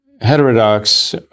heterodox